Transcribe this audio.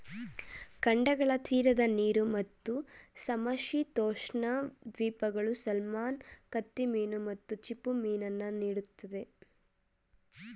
ಖಂಡಗಳ ತೀರದ ನೀರು ಮತ್ತು ಸಮಶೀತೋಷ್ಣ ದ್ವೀಪಗಳು ಸಾಲ್ಮನ್ ಕತ್ತಿಮೀನು ಮತ್ತು ಚಿಪ್ಪುಮೀನನ್ನು ನೀಡ್ತದೆ